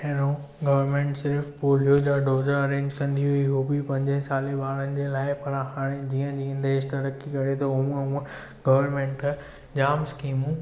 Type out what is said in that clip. पहिरों गवर्नमेंट सिर्फ़ पोलिया जा डोज़ अरेंज कंदी हुई उहो बि पंजे साल ॿारनि जे लाइ पर हाणे जीअं देश तरक़ी करे थो हूअं हूअं गवर्नमेंट जाम स्कीमूं